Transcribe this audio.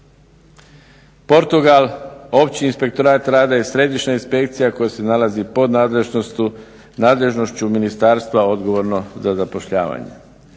Portugal, opći inspektorat rada i središnja inspekcija koja se nalazi podnadležnošću ministarstva odgovornog za zapošljavanje.